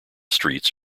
streets